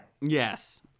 Yes